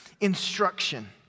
instruction